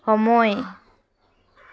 সময়